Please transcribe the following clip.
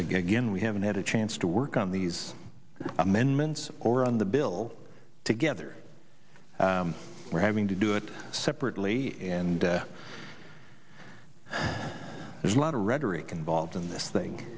again we haven't had a chance to work on these amendments or on the bill together we're having to do it separately and there's a lot of rhetoric involved in this thing